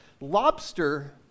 Lobster